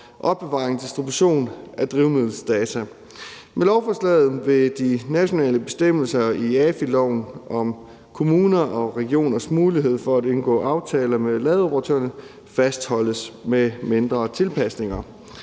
opbevaring og distribution af drivmiddeldata. Med lovforslaget vil de nationale bestemmelser i AFI-loven om kommuner og regioners mulighed for at indgå aftaler med ladeoperatørerne fastholdes med mindre tilpasninger.